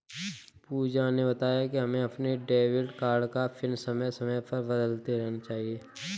पूजा ने बताया कि हमें अपने डेबिट कार्ड का पिन समय समय पर बदलते रहना चाहिए